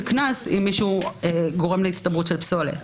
קנס אם מישהו גורם להצטברות של פסולת.